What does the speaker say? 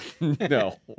No